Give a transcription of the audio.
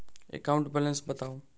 account balance बताउ